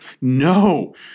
No